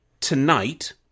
tonight